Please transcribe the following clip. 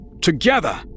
Together